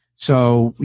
so,